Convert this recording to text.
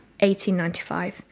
1895